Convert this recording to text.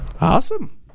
Awesome